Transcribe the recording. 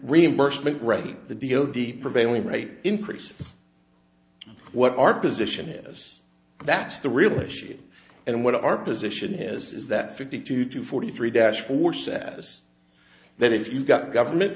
reimbursement rate the deal the prevailing rate increases what our position is that's the real issue and what our position is is that fifty two to forty three dash four says that if you've got government